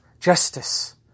justice